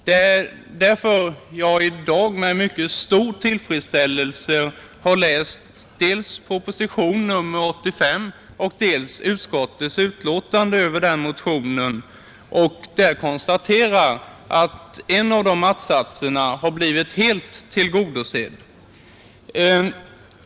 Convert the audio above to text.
Därför är det med mycket stor tillfredsställelse som jag har läst dels propositionen 85, dels utskottets betänkande över motionen. Där konstaterar jag att en av motionens att-satser har blivit helt tillgodosedd.